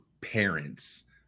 parents